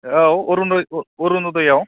औ अरुन'दयाव